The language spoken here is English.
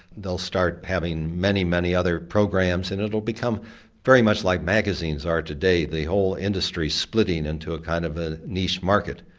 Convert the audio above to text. they'll start having many, many other programs and it will become very much like magazines magazines are today, the whole industry splitting into a kind of a niche market.